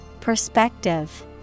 Perspective